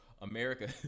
America